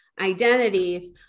identities